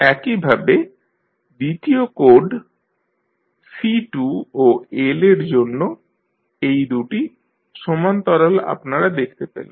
একইভাবে দ্বিতীয় code C2 ও L এর জন্য এই দু'টি সমান্তরাল আপনারা দেখতে পেলেন